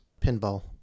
pinball